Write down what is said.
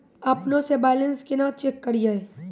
अपनों से बैलेंस केना चेक करियै?